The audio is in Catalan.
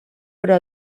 però